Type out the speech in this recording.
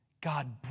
God